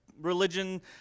Religion